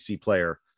player